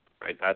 right